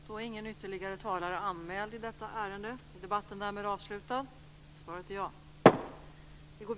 Fru talman!